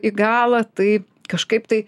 į galą tai kažkaip tai